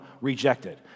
rejected